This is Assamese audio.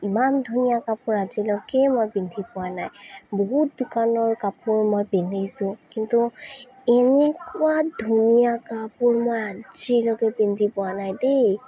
ইমান ধুনীয়া কাপোৰ আজিলৈকে মই পিন্ধি পোৱা নাই বহুত দোকানৰ কাপোৰ মই পিন্ধিছোঁ কিন্তু এনেকুৱা ধুনীয়া কাপোৰ মই আজিলৈকে পিন্ধি পোৱা নাই দেই